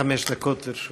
עד חמש דקות לרשות